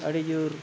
ᱟᱹᱰᱤᱡᱳᱨ